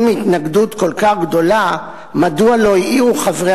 אם ההתנגדות כל כך גדולה מדוע לא העירו חברי